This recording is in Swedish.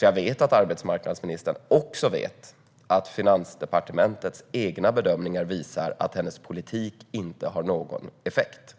Jag vet att hon också vet att Finansdepartementets egna bedömningar visar att hennes politik inte har någon effekt.